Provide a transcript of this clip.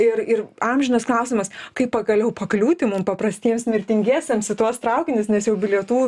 ir ir amžinas klausimas kaip pagaliau pakliūti mum paprastiems mirtingiesiems į tuos traukinius nes jau bilietų